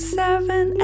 seven